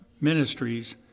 ministries